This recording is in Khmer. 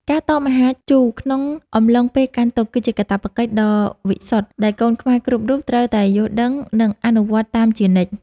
ការតមអាហារជូរក្នុងអំឡុងពេលកាន់ទុក្ខគឺជាកាតព្វកិច្ចដ៏វិសុទ្ធដែលកូនខ្មែរគ្រប់រូបត្រូវតែយល់ដឹងនិងអនុវត្តតាមជានិច្ច។